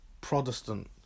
Protestant